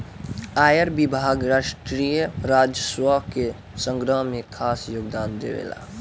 आयकर विभाग राष्ट्रीय राजस्व के संग्रह में खास योगदान देवेला